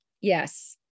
Yes